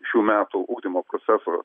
šių metų ugdymo proceso